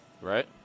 Right